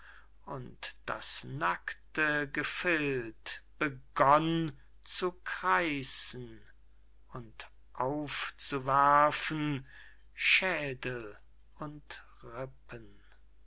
und das nakte gefild begann zu kreisen und aufzuwerfen schädel und rippen